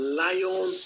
lion